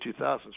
2000s